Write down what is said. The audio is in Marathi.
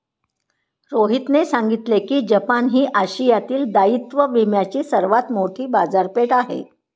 रोहितने सांगितले की जपान ही आशियातील दायित्व विम्याची सर्वात मोठी बाजारपेठ आहे